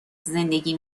زندگی